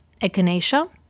echinacea